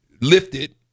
lifted